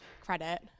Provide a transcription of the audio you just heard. credit